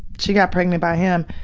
she got pregnant by him,